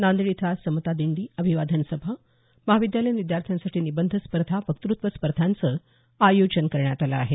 नांदेड इथं आज समता दिंडी अभिवादन सभा महाविद्यालयीन विद्यार्थ्यांसाठी निबंध स्पर्धा वक्तत्व स्पर्धांचं आयोजन करण्यात आलं आहे